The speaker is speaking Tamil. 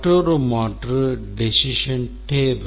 மற்றொரு மாற்று decision table